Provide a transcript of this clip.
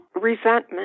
resentment